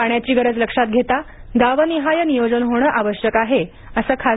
पाण्याची गरज लक्षात घेता गावनिहाय नियोजन होणं आवश्यक आहे असं खा